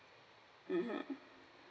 mmhmm